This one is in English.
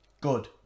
good